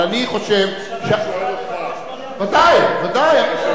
אבל אני חושב, ודאי, ודאי.